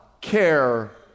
care